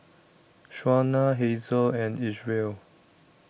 Shauna Hazel and Isreal